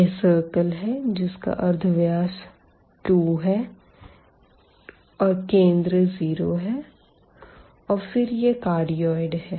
यह सर्किल है जिसका अर्धव्यास 2 है और केंद्र 0 है और फिर यह कार्डियाड है